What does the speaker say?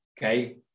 okay